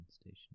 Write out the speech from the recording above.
station